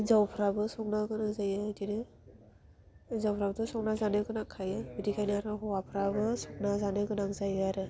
हिन्जावफ्राबो संनो गोरों जायो इदिनो हिनजावफ्राबोथ' संना जानायाव गोनांखायो बिदिखायनो हौवाफ्राबो संना जानो गोनां जायो आरो